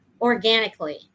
organically